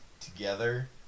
together